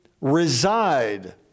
reside